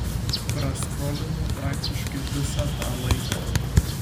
praskrolinau praktiškai visą tą laiką